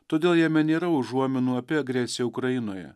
todėl jame nėra užuominų apie agresiją ukrainoje